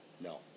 No